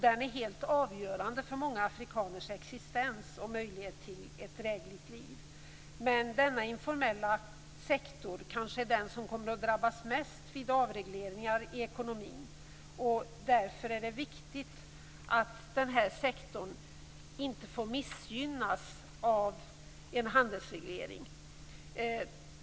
Den är helt avgörande för många afrikaners existens och möjligheter till ett drägligt liv. Denna informella sektor är den som kommer att drabbas mest vid avregleringar i ekonomin. Därför är det viktigt att den sektorn inte missgynnas av en handelsreglering.